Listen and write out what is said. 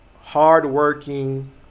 hardworking